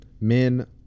Men